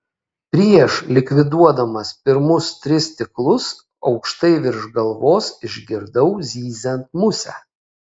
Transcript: prieš likviduodamas pirmus tris stiklus aukštai virš galvos išgirdau zyziant musę